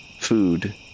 food